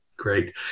Great